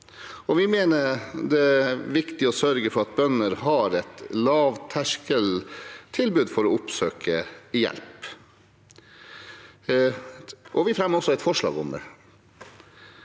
Vi mener det er viktig å sørge for at bønder har et lavterskeltilbud for å oppsøke hjelp, og vi fremmer også et forslag om det.